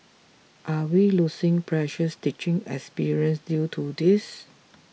are we losing precious teaching experience due to this